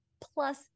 plus